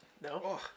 No